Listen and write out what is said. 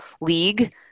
league